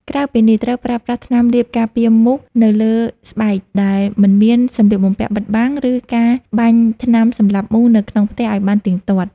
ក្រៅពីនេះ ត្រូវប្រើប្រាស់ថ្នាំលាបការពារមូសនៅលើស្បែកដែលមិនមានសម្លៀកបំពាក់បិទបាំង ឬការបាញ់ថ្នាំសម្លាប់មូសនៅក្នុងផ្ទះឱ្យបានទៀងទាត់។